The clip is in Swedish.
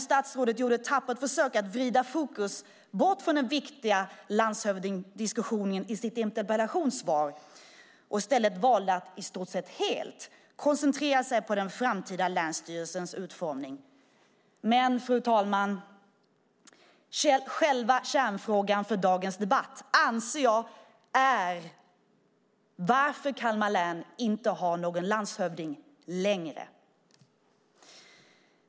Statsrådet gjorde ett tappert försök att vrida bort fokus från den viktiga landshövdingediskussionen i sitt interpellationssvar och valde i stället att i stort sett helt koncentrera sig på den framtida länsstyrelsens utformning. Men, fru talman, jag anser att själva kärnfrågan i dagens debatt är: Varför har Kalmar län inte längre någon landshövding?